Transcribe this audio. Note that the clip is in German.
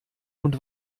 und